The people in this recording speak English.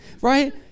Right